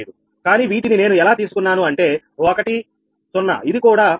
05 కానీ వీటిని నేను ఎలా తీసుకున్నాను అంటే 1 0ఇది కూడా 1